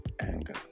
anger